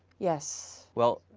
yes. well,